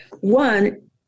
One